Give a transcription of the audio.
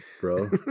bro